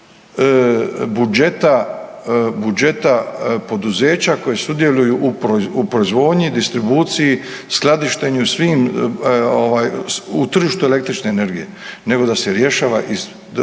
budžeta poduzeća koje sudjeluje u proizvodnji i distribuciji, skladištenju i svim u tržištu električne energije, nego da se rješava